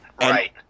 right